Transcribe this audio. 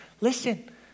listen